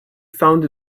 found